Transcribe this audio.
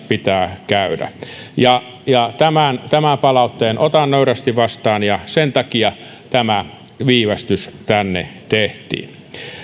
pitää käydä tämän palautteen otan nöyrästi vastaan ja sen takia tämä viivästys tänne tehtiin